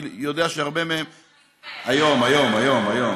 היום, היום.